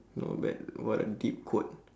not bad what a deep quote